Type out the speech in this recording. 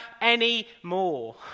anymore